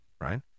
Right